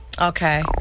Okay